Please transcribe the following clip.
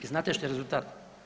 I znate šta je rezultat?